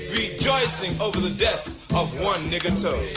rejoicing over the death of one nigga toe.